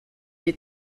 est